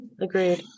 Agreed